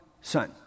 son